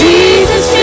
Jesus